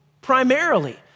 primarily